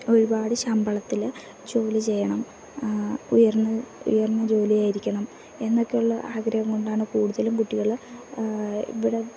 ഒരുപാട് ശമ്പളത്തിൽ ജോലി ചെയ്യണം ഉയർന്നു ഉയർന്ന ജോലി ആയിരിക്കണം എന്നൊക്കെയുള്ള ആഗ്രഹം കൊണ്ടാണ് കൂടുതലും കുട്ടികൾ ഇവിടെ